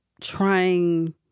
trying